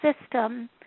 system